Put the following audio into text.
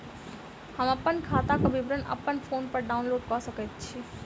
हम अप्पन खाताक विवरण अप्पन फोन पर डाउनलोड कऽ सकैत छी?